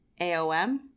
AOM